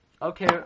Okay